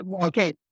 okay